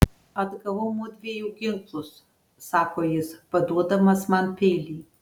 atgavau mudviejų ginklus sako jis paduodamas man peilį